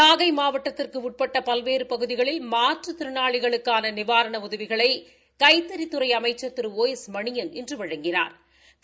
நாகை மாவட்டத்திற்கு உட்பட்ட பல்வேறு பகுதிகளில் மாற்றுத்திறனாளிகளுக்கான நிவாரண உதவிகளை கைத்தறித்துறை அமைச்சள் திரு ஓ எஸ் மணியன் இன்று வழங்கினாா்